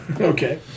Okay